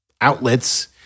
outlets